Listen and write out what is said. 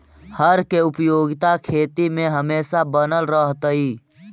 हर के उपयोगिता खेती में हमेशा बनल रहतइ